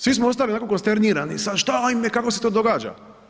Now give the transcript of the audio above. Svi smo ostali onako konsternirani, sad šta ajme, kako se to događa.